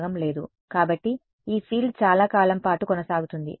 కాబట్టి ఈ ఫీల్డ్ చాలా కాలం పాటు కొనసాగుతుంది